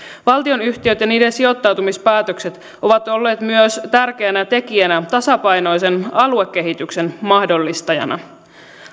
valtionyhtiöt ja niiden sijoittautumispäätökset ovat olleet myös tärkeänä tekijänä tasapainoisen aluekehityksen mahdollistajana